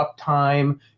uptime